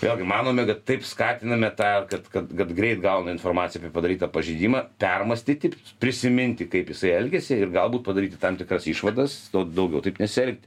vėlgi manome kad taip skatiname tą kad kad kad greit gauna informaciją apie padarytą pažeidimą permąstyti prisiminti kaip jisai elgiasi ir galbūt padaryti tam tikras išvadas daugiau taip nesielgti